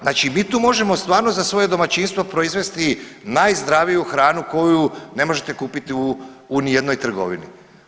Znači mi tu možemo stvarno za svoje domaćinstvo proizvesti najzdraviju hranu koju ne možete kupiti u ni jednoj trgovini.